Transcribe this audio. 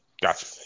Gotcha